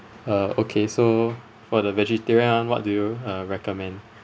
uh okay so for the vegetarian what do you uh recommend